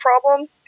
problem